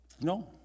No